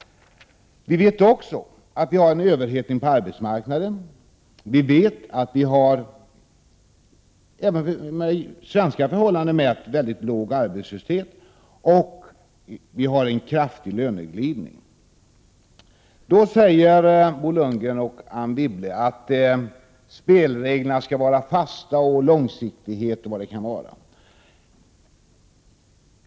Vi vet också att vi har en överhettning på arbetsmarknaden. Vi vet att vi har — även med svenska mått mätt — mycket låg arbetslöshet och att vi har en kraftig löneglidning. Då säger Bo Lundgren och Anne Wibble att spelreglerna skall vara fasta, långsiktiga och vad det nu kan vara.